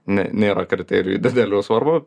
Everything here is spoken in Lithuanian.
ne nėra kriterijų didelių svarbu